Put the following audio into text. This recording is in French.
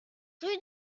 rue